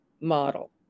model